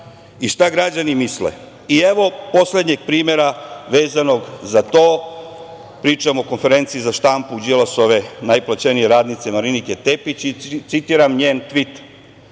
i šta građani misle. Evo poslednjeg primera vezano za to, pričam o konferenciji za štampu Đilasove najplaćenije radnice Marinike Tepić i citiram njen tvit: